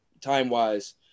time-wise